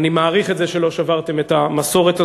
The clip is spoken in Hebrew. אני מעריך את זה שלא שברתם את המסורת הזאת.